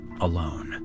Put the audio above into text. alone